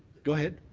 go ahead.